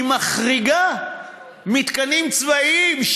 היא מחריגה מתקנים צבאיים,